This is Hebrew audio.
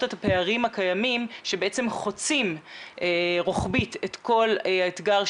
את הפערים הקיימים שבעצם חוצים רוחבית כל אתגר,